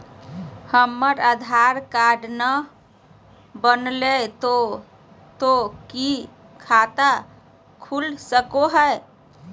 हमर आधार कार्ड न बनलै तो तो की खाता खुल सको है?